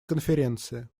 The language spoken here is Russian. конференции